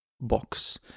box